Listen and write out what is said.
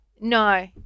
No